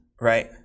Right